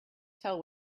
tell